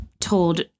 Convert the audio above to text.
told